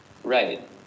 Right